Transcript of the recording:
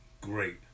great